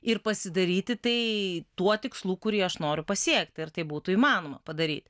ir pasidaryti tai tuo tikslu kurį aš noriu pasiekti ir tai būtų įmanoma padaryt